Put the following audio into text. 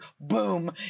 boom